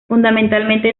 fundamentalmente